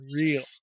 real